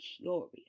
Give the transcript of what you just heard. curious